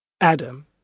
Adam